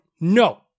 No